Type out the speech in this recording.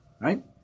Right